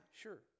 sure